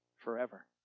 forever